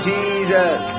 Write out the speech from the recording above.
Jesus